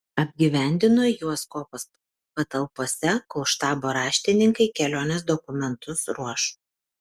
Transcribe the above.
apgyvendino juos kuopos patalpose kol štabo raštininkai kelionės dokumentus ruoš